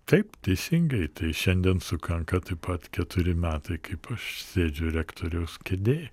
taip teisingai tai šiandien sukanka taip pat keturi metai kaip aš sėdžiu rektoriaus kėdėj